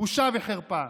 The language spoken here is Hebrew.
בושה וחרפה.